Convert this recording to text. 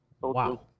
Wow